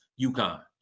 UConn